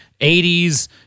80s